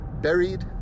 buried